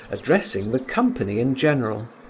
addressing the company in general,